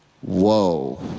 Whoa